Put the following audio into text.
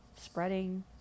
spreading